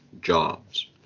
jobs